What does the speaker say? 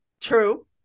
true